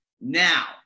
Now